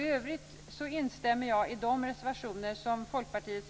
I övrigt instämmer jag i de reservationer som Folkpartiets